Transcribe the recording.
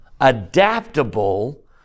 Adaptable